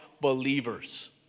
believers